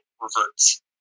reverts